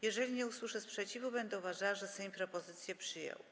Jeżeli nie usłyszę sprzeciwu, będę uważała, że Sejm propozycję przyjął.